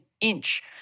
inch